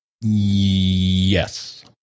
Yes